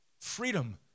freedom